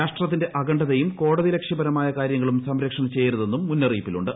രാഷ്ട്രത്തിന്റെ അഖണ്ഡതയും കോടതി അലക്ഷ്യപരമായ കാര്യങ്ങളും സംപ്രേക്ഷണം ചെയ്യരുതെന്നും മുന്നറിയിപ്പിലുണ്ട്